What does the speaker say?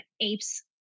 apes